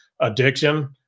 addiction